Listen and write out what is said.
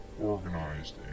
organized